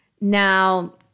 Now